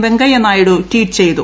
Venkaiah Naidu tweet ചെയ്തു